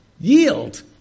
Yield